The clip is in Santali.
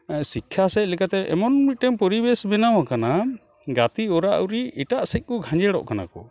ᱥᱤᱠᱠᱷᱟ ᱥᱮᱫ ᱞᱮᱠᱟᱛᱮ ᱮᱢᱚᱱ ᱢᱤᱫᱴᱮᱹᱝ ᱯᱚᱨᱤᱵᱮᱹᱥ ᱵᱮᱱᱟᱣᱟᱠᱟᱱᱟ ᱜᱟᱛᱮ ᱚᱨᱟᱼᱚᱨᱤ ᱮᱴᱟᱜ ᱥᱮᱡ ᱠᱚ ᱜᱷᱟᱸᱡᱮᱲᱚᱜ ᱠᱟᱱᱟ ᱠᱚ